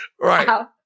Right